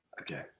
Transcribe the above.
Okay